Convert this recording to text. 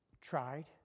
tried